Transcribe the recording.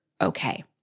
okay